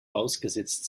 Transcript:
ausgesetzt